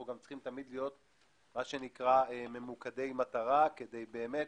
אנחנו צריכים להיות תמיד ממוקדי מטרה, כדי באמת